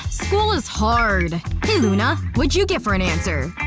school is hard hey, luna. what did you get for an answer?